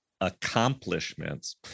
accomplishments